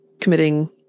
committing